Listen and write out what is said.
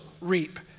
reap